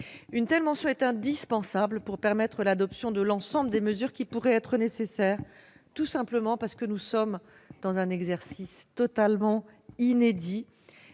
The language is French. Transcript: Une telle mention est indispensable pour permettre l'adoption de l'ensemble des mesures qui pourraient être nécessaires, tout simplement parce que nous sommes dans un exercice totalement inédit.